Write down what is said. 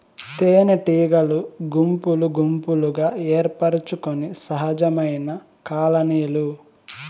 తేనెటీగలు గుంపులు గుంపులుగా ఏర్పరచుకొనే సహజమైన కాలనీలు